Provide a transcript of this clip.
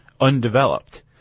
undeveloped